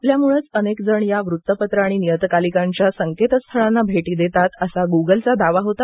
आपल्यामूळंच अनेक जण या वृत्तपत्र आणि नियतकालिकांच्या संकेतस्थळांना भेटी देतात असा गुगलचा दावा होता